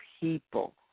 people